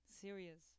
serious